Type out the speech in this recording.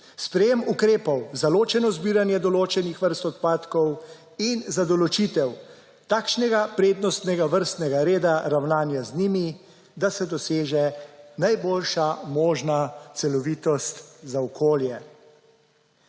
sprejem ukrepov za ločeno zbiranje določenih vrst odpadkov in za določitev takšnega prednostnega vrstnega reda ravnanja z njimi, da se doseže najboljša možna celovitost za okolje.